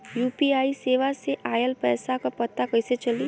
UPI सेवा से ऑयल पैसा क पता कइसे चली?